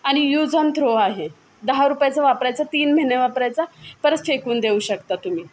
आणि use and throw आहे दहा रुपयाचा वापरायचा तीन महिने वापरायचा परत फेकून देऊ शकता तुम्ही